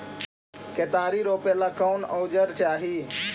केतारी रोपेला कौन औजर चाही?